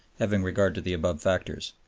having regard to the above factors.